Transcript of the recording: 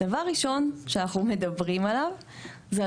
הדבר הראשון שאנחנו מדברים עליו זה על